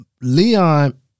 Leon